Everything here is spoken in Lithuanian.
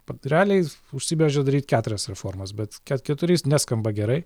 pat realiai užsibrėžė daryt keturias reformas bet ket keturi neskamba gerai